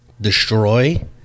destroy